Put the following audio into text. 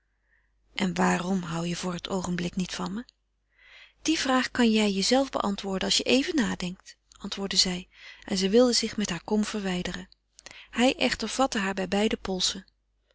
en waarom hoû je op het oogenblik niet van me die vraag kan jij jezelve beantwoorden als je even nadenkt antwoordde zij en zij wilde zich met haar kom verwijderen hij echter vatte haar bij de beide polsen